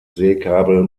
seekabel